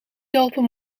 dorpen